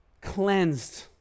cleansed